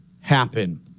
happen